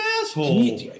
asshole